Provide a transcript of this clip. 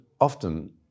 often